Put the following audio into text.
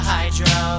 Hydro